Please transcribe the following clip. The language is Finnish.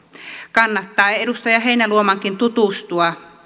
kannattaa edustaja heinäluomankin tutustua